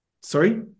Sorry